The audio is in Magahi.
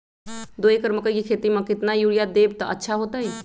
दो एकड़ मकई के खेती म केतना यूरिया देब त अच्छा होतई?